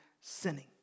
sinning